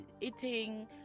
eating